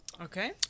Okay